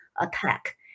attack